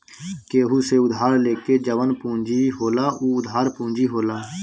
केहू से उधार लेके जवन पूंजी होला उ उधार पूंजी होला